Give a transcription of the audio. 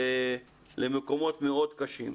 למקומות מאוד קשים.